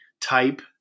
type